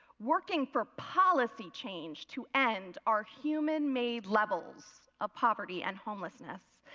working for policy change to end our human-made levels of poverty and homelessness.